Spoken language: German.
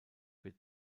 wird